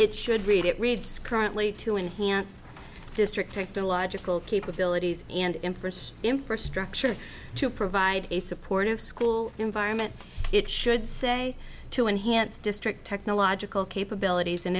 it should read it reads currently to enhance district take the logical capabilities and in first infrastructure to provide a supportive school environment it should say to enhance district technological capabilities and